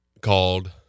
called